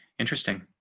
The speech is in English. interesting.